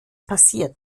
passiert